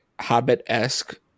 Hobbit-esque